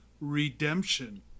redemption